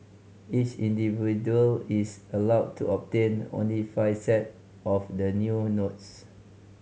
each individual is allowed to obtain only five set of the new notes